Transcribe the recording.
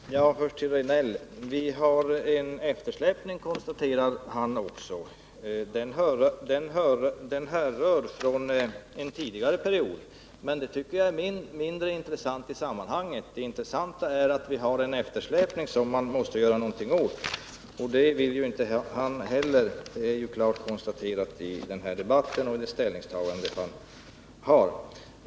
Herr talman! Först till Eric Rejdnell: Vi har en eftersläpning, konstaterar han också. Den härrör från en tidigare period, men det tycker jag är mindre intressant i sammanhanget. Det intressanta är att vi har en eftersläpning som man måste göra någonting åt. Men det vill inte han heller göra — det är klart dokumenterat i den här debatten genom det ställningstagande han gör.